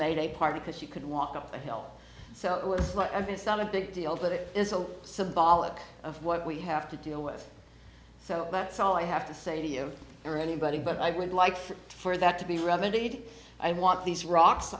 mayday party because she couldn't walk up to help so i was like i mean it's not a big deal but it is a symbolic of what we have to deal with so that's all i have to say to you or anybody but i would like for that to be remedied i want these rocks